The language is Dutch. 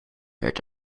werd